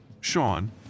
Sean